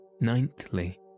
Ninthly